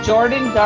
Jordan